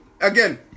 again